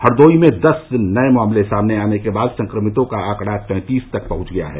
हरदोई में दस नए मामले सामने आने के बाद संक्रमितों का आंकड़ा तैंतीस पहंच गया है